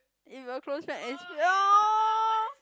if your close friend experience